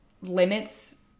limits